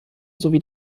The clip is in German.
sowie